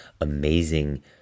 amazing